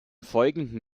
folgenden